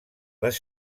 les